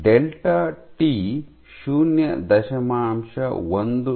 delta T ಶೂನ್ಯ ದಶಮಾಂಶ ಒಂದು 0